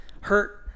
hurt